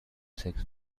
sex